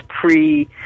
pre